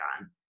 on